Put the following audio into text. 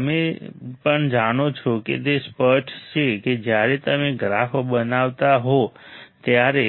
તમે પણ જાણો છો કે તે સ્પષ્ટ છે કે જ્યારે તમે ગ્રાફ બનાવતા હો ત્યારે